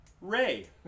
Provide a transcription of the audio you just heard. Ray